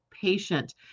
patient